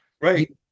right